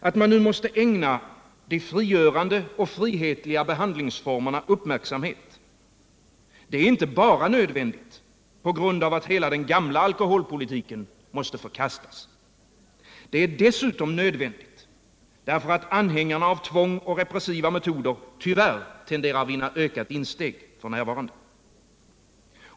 Att ägna de frigörande och frihetliga behandlingsformerna uppmärksamhet är nödvändigt inte bara på grund av att hela den gamla alkoholpolitiken måste förkastas. Det är dessutom nödvändigt därför att anhängarna av tvång och repressiva metoder tyvärr f. n. tenderar att vinna ökat insteg.